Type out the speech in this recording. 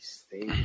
stay